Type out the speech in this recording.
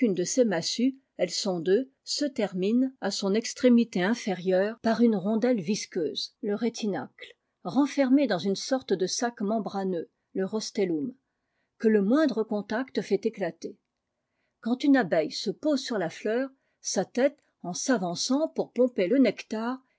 à extrémité inférieure par une rondelle visqueuse le rélinacle renfermée dans une sorte de sac membraneux le rostellum que le moindre contact fait éclater quand une abeille se pose sur la fleur sa tête en s'avançant pour pomper le cectar